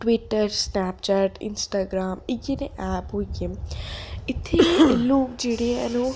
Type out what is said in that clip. Twitter Snapchat Instagram इ'यै नेह् app होइये न इत्थै लोग जेह्ड़े हैन ओह्